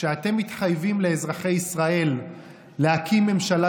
כשאתם מתחייבים לאזרחי ישראל להקים ממשלה